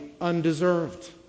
undeserved